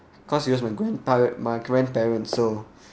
cause it was my grandpa it was my grandparents so